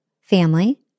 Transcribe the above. family